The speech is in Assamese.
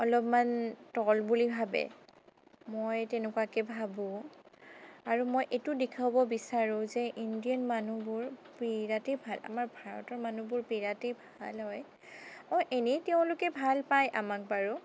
অলপমান টল বুলি ভাবে মই তেনেকুৱাকৈ ভাবোঁ আৰু মই এইটো দেখুৱাব বিচাৰো যে ইণ্ডিয়ান মানুহবোৰ বিৰাটেই ভাল আমাৰ ভাৰতৰ মানুহবোৰ বিৰাটেই ভাল হয় অঁ এনেই তেওঁলোকে ভাল পায় আমাক বাৰু